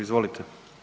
Izvolite.